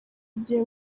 igihe